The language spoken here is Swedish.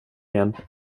igen